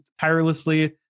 tirelessly